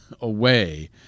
away